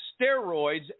steroids